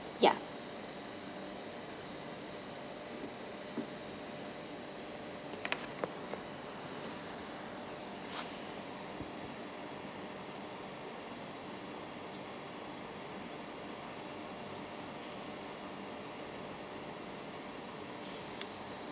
ya